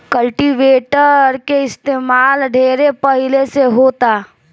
cultivator के इस्तमाल ढेरे पहिले से होता